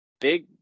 Big